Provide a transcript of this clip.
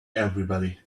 everybody